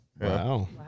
wow